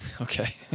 Okay